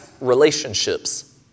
relationships